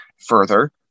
further